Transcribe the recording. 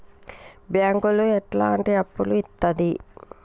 బ్యాంకులు ఎట్లాంటి అప్పులు ఇత్తది?